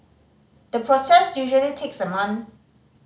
the process usually takes a month